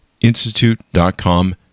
institute.com